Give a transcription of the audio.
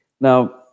Now